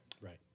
right